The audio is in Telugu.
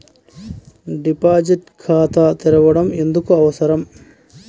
డిపాజిట్ ఖాతా తెరవడం ఎందుకు అవసరం?